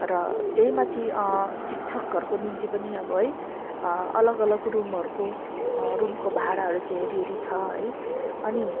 र त्यै माथि शिक्षकहरूको निम्ति पनि अब है अलग अलग रूमहरूको रूमको भाडाहरू चैँ हेरी हेरी छ है अनि